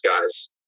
guys